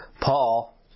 Paul